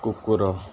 କୁକୁର